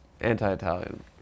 anti-Italian